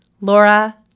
Laura